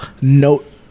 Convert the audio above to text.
note